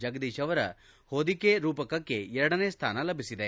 ಜಗದೀಶ್ ಅವರ ಹೊದಿಕೆ ರೂಪಕಕ್ಕೆ ಎರಡನೇ ಸ್ಥಾನ ಲಭಿಸಿದೆ